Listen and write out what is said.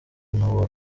n’uwo